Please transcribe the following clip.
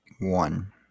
One